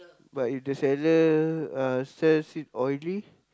but if the seller uh sells it oily